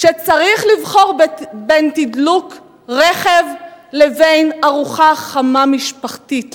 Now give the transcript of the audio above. שצריך לבחור בין תדלוק רכב לבין ארוחה חמה משפחתית.